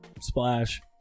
splash